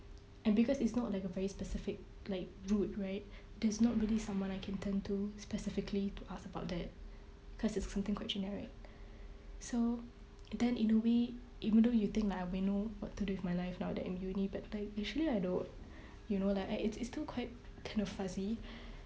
and because it's not like a very specific like route right there's not really someone I can turn to specifically to ask about that cause it's something quite generic so then in a way even though you think like I will know what to do with my life now that I'm in uni but no actually I don't you know like I it's it's still quite kind of fuzzy